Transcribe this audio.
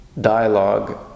dialogue